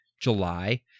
July